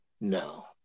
no